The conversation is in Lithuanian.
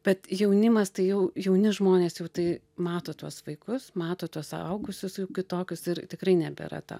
bet jaunimas tai jau jauni žmonės jau tai mato tuos vaikus mato tuos suaugusius jau kitokius ir tikrai nebėra ta